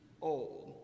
old